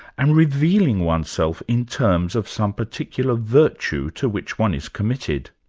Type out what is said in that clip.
and revealing oneself in terms of some particular virtue to which one is committed.